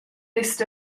list